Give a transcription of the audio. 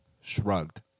shrugged